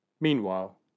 Meanwhile